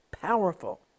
powerful